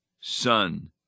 son